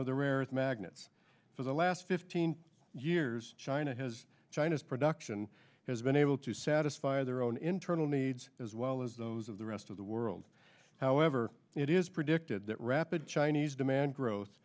of the rare earth magnets for the last fifteen years china has china's production has been able to satisfy their own internal needs as well as those of the rest of the world however it is predicted that rapid chinese demand gro